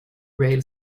rail